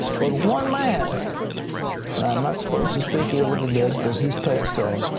but one man and i'm not supposed to speak ill of the dead because he has passed on,